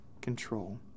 control